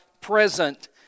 present